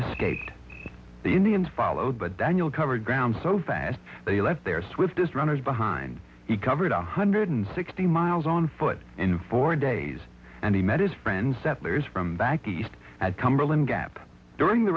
skate the indians followed but daniel covered ground so fast they left their swiftest runners behind he covered one hundred sixty miles on foot in four days and he met his friend settlers from back east at cumberland gap during the